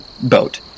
boat